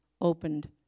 opened